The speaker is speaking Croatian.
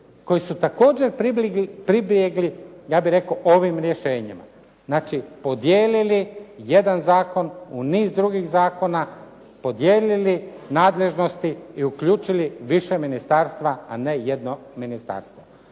Koji su također pribjegli ja bih rekao ovim rješenjima. Znači podijelili jedan zakon u niz drugih zakona, podijelili nadležnosti i uključili više ministarstva, a ne jedno ministarstvo.